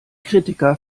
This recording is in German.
kritiker